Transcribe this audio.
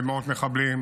ומאות מחבלים,